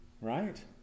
right